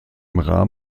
rhein